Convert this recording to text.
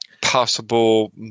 possible